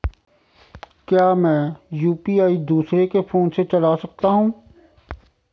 क्या मैं अपना यु.पी.आई दूसरे के फोन से चला सकता हूँ?